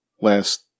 last